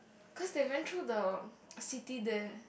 cause they went through the city there